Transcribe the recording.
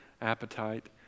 appetite